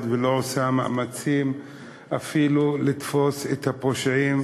ולא עושה מאמצים אפילו לתפוס את הפושעים.